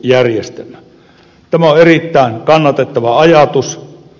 tämä on erittäin kannatettava ajatus